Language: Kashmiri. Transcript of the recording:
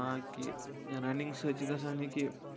آکہِ رَنِنگ سۭتۍ چھُ گژھان کہِ